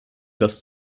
dass